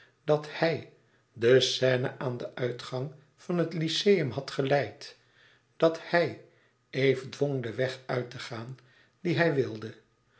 dat hij de scène aan den uitgang van het lyceum had geleid dat hij eve dwong den weg uit te gaan dien hij wilde